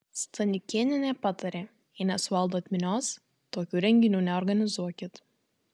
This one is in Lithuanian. staniukėnienė patarė jei nesuvaldot minios tokių renginių neorganizuokit